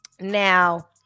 Now